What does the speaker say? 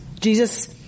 Jesus